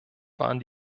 waren